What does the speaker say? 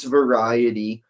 variety